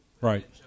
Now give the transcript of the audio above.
Right